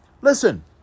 Listen